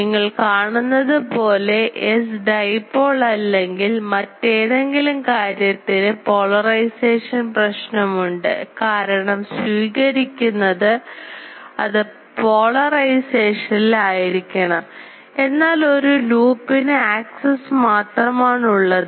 നിങ്ങൾ കാണുന്നതുപോലെ ട dipole അല്ലെങ്കിൽ മറ്റേതെങ്കിലും കാര്യത്തിന് പോളറൈസേഷൻ പ്രശ്നമുണ്ട് കാരണം സ്വീകരിക്കുന്നത് അത് പോളറൈസേഷൻഇൽ ആയിരിക്കണം എന്നാൽ ഒരു ലൂപ്പിന് ആക്സസ് മാത്രമാണുള്ളത്